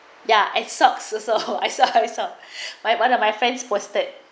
ya and socks also I saw saw my one of my friends was that